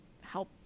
help